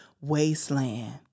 wasteland